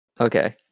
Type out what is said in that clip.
Okay